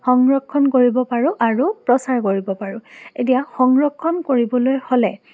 সংৰক্ষণ কৰিব পাৰোঁ আৰু প্ৰচাৰ কৰিব পাৰোঁ এতিয়া সংৰক্ষণ কৰিবলৈ হ'লে